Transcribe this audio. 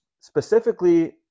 specifically